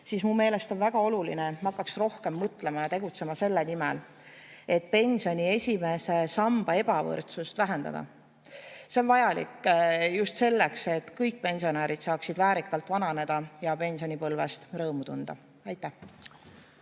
minu meelest väga oluline, et me hakkaks rohkem mõtlema ja tegutsema selle nimel, et pensioni esimese samba ebavõrdsust vähendada. See on vajalik just selleks, et kõik pensionärid saaksid väärikalt vananeda ja pensionipõlvest rõõmu tunda. Aitäh!